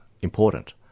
important